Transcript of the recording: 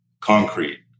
concrete